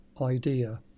idea